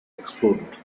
exploded